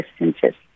distances